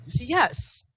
yes